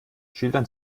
schildern